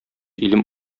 илем